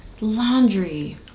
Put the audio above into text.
Laundry